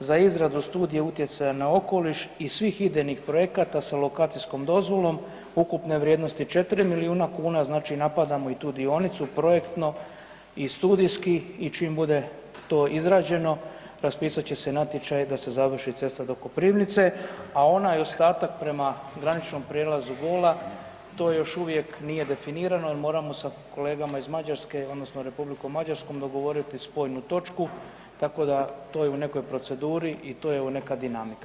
za izradu studije utjecaja na okoliš i svih idejnih projekata sa lokacijskom dozvolom ukupne vrijednosti 4 milijuna kuna, znači napadamo i tu dionicu, projektno i studijski i čim bude to izrađeno, raspisat će se natječaj da se završi cesta do Koprivnice, a onaj ostatak prema graničnom prijelazu Gola, to još uvijek nije definirano jer moramo sa kolegama iz Mađarske odnosno Republikom Mađarskom dogovoriti spojnu točku, tako da, to je u nekoj proceduri i to je, evo, neka dinamika.